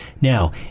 Now